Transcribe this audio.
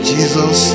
Jesus